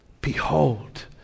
Behold